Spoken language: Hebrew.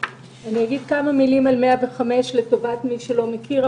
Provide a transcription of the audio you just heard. אגיד כמה מילים על 105 לטובת מי שלא מכיר,